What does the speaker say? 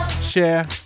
share